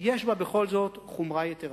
יש בה בכל זאת חומרה יתירה.